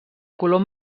color